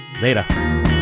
Later